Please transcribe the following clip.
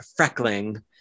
Freckling